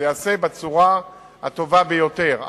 כדי שזה ייעשה בצורה הטובה ביותר.